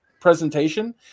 presentation